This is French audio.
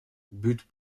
bud